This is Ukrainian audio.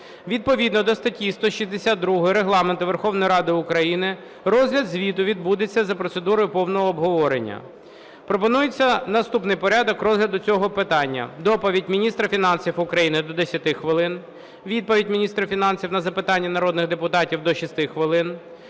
Відповідно до статті 162 Регламенту Верховної Ради України розгляд звіту відбудеться за процедурою повного обговорення. Пропонується наступний порядок розгляду цього питання. Доповідь міністра фінансів України – до 10 хвилин; відповідь міністра фінансів на запитання народних депутатів – до 6 хвилин;